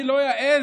אני לא אעז,